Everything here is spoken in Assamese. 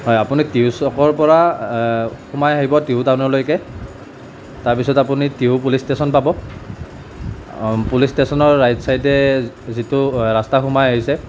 হয় আপুনি টিহুৰ চকৰ পৰা সোমাই আহিব টিহু টাউনলৈকে তাৰ পিছত আপুনি টিহু পুলিচ ষ্টেচন পাব পুলিচ ষ্টেচনৰ ৰাইট চাইদে যিটো ৰাষ্টা সোমাই আহিছে